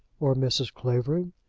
or mrs. clavering?